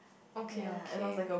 okay okay